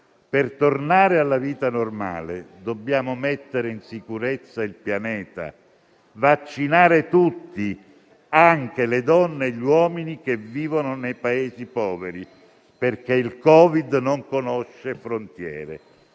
per tornare alla vita normale, dobbiamo mettere in sicurezza il pianeta e vaccinare tutti, anche le donne e gli uomini che vivono nei Paesi poveri, perché il Covid non conosce frontiere.